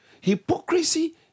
Hypocrisy